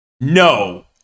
No